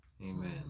amen